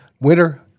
winter